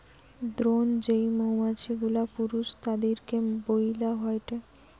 drone যেই মৌমাছি গুলা পুরুষ তাদিরকে বইলা হয়টে